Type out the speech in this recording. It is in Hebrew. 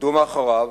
עמדו מאחוריו,